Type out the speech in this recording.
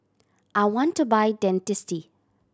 I want to buy Dentiste